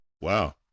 Wow